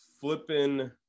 flipping